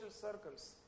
circles